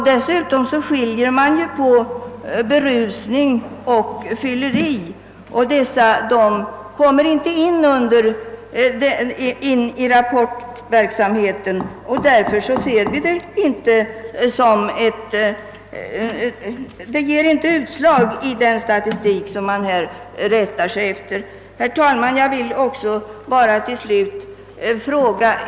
Dessutom skiljer man som bekant på berusning och fylleri, och dessa ungdomar kommer inte in i rapportverksamheten och ger alltså inte utslag i den statistik som man rättar sig efter. Herr talman! Jag vill också till slut ställa en fråga.